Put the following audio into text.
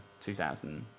2000